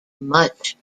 much